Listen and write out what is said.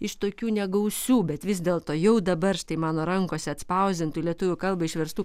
iš tokių negausių bet vis dėlto jau dabar štai mano rankose atspausdintų į lietuvių kalbą išverstų